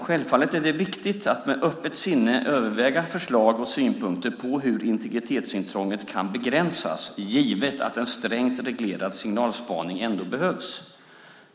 Självfallet är det viktigt att med öppet sinne överväga förslag och synpunkter på hur integritetsintrånget kan begränsas, givet att en strängt reglerad signalspaning ändå behövs.